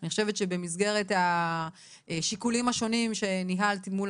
אני חושבת שבמסגרת השיקולים השונים שניהלת מול